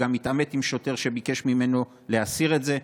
וגם התעמת עם שוטר שביקש ממנו להסיר את זה.